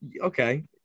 okay